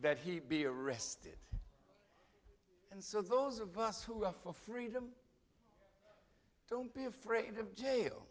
that he be arrested and so those of us who are for freedom don't be afraid of jail